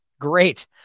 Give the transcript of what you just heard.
great